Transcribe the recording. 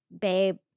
babe